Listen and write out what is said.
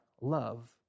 love